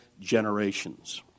generations